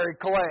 clay